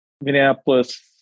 Minneapolis